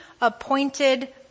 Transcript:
appointed